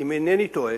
אם אינני טועה,